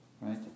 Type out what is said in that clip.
right